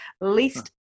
least